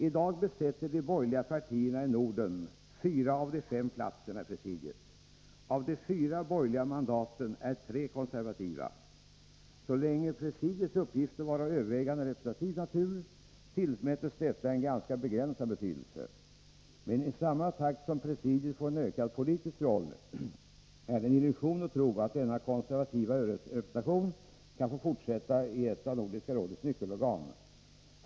I dag besätter de borgerliga partierna i Norden fyra av de fem platserna i presidiet. Av de fyra borgerliga mandaten är tre konservativa. Så länge presidiets uppgifter var av övervägande representativ natur, tillmättes detta en ganska begränsad betydelse. Men mot bakgrund av att presidiet får ökad politisk roll är det en illusion att tro att denna konservativa överrepresentation i ett av Nordiska rådets nyckelorgan kan få fortsätta.